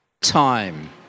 time